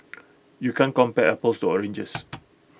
you can't compare apples to oranges